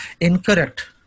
incorrect